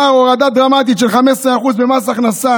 הוא אמר: "הורדה דרמטית של 15% במס ההכנסה"